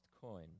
coin